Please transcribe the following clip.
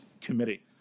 Committee